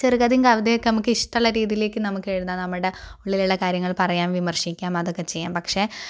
ചെറുകഥയും കവിതയും ഒക്കെ നമുക്ക് ഇഷ്ടമുള്ള രീതിയിലേക്ക് നമുക്ക് എഴുതാം നമ്മുടെ ഉള്ളിലുള്ള കാര്യങ്ങൾ പറയാം വിമർശിക്കാം അതൊക്കെ ചെയ്യാം പക്ഷേ